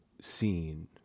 scene